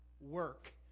Work